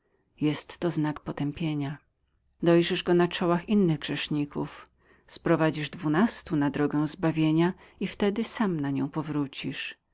jest to znak potępienia dojrzysz go na czołach innych grzeszników sprowadzisz dwunastu na drogę zbawienia i wtedy sam na nią powrócisz